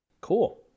Cool